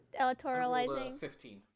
electoralizing